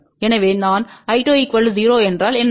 எனவே நான்I2 0 என்றால் என்ன